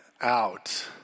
out